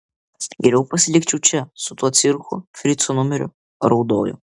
geriau pasilikčiau čia su tuo cirku frico numeriu raudojo